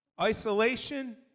Isolation